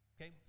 Okay